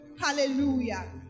Hallelujah